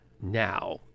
now